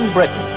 Britain